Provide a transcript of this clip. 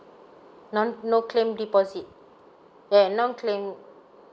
none no claim deposit ya no claim